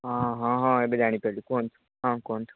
ହଁ ହଁ ହଁ ଏବେ ଜାଣିପାରିଲି କୁହନ୍ତୁ ହଁ କୁହନ୍ତୁ